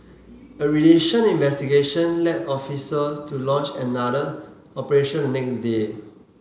a relation investigation led officers to launch another operation the next day